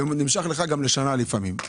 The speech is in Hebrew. ולפעמים הוא נמשך גם עד שנה ויותר.